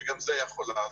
שגם זה יכול לעזור.